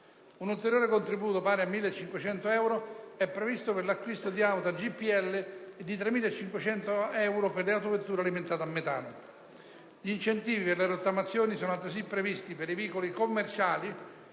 Un ulteriore contributo pari a 1.500 euro è previsto per l'acquisto di auto a GPL; il contributo è invece di 3.500 euro per le autovetture alimentate a metano. Gli incentivi per le rottamazioni sono altresì previsti per i veicoli commerciali